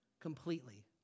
Completely